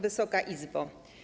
Wysoka Izbo!